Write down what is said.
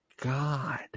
God